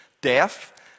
death